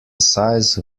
size